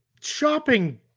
Shopping